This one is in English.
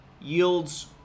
yields